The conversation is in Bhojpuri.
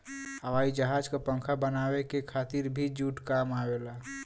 हवाई जहाज क पंखा बनावे के खातिर भी जूट काम आवेला